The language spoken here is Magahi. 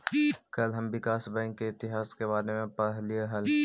कल हम विकास बैंक के इतिहास के बारे में पढ़लियई हल